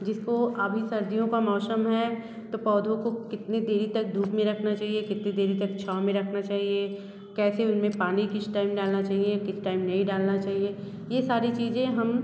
जिसको अभी सर्दियों का मौसम है तो पौधों को कितनी देरी तक धूप में रखना चहिए कितनी देरी तक छाँव में रखना चहिए कैसे उनमें पानी किस टाइम डालना चाहिए किस टाइम नहीं डालना चहिए ये सारी चीज़ें हम